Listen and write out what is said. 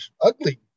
ugly